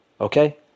okay